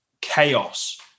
chaos